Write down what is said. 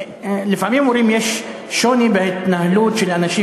לפעמים אומרים שיש שוני בהתנהלות של אנשים